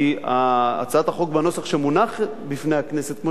כי הצעת החוק בנוסח שמונח בפני הכנסת,